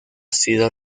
sido